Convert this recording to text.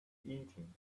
eating